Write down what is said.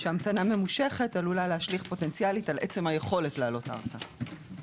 שהמתנה ממושכת עלולה להשליך פוטנציאלית על עצם היכולת לעלות ארצה.